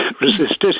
resisted